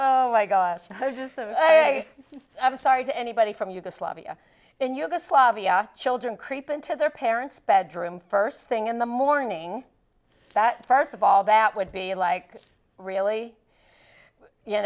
oh my gosh the hostess of a i'm sorry to anybody from yugoslavia in yugoslavia children creep into their parents bedroom first thing in the morning that first of all that would be like really you